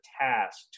task